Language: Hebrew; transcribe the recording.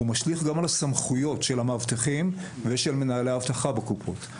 אלא גם על הסמכויות של המאבטחים ושל מנהלי האבטחה בקופות,